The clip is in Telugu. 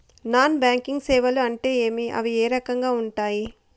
నాన్ బ్యాంకింగ్ సేవలు అంటే ఏమి అవి ఏ రకంగా ఉండాయి